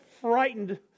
frightened